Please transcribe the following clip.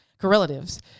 Correlatives